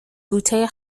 بوته